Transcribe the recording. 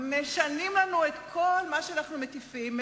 משנים את כל מה שאנחנו מטיפים,